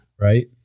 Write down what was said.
Right